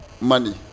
money